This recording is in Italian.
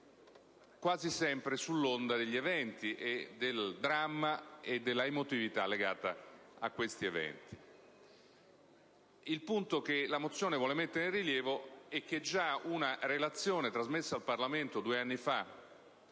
quasi sempre sull'onda degli eventi, del dramma e della emotività legata a questi eventi. Il punto che la mozione vuole mettere in rilievo, e che già una relazione trasmessa al Parlamento due anni fa